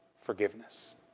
forgiveness